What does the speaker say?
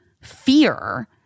fear